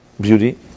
beauty